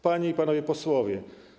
Panie i Panowie Posłowie!